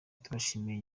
tubashimiye